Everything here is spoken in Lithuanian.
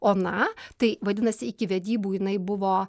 ona tai vadinasi iki vedybų jinai buvo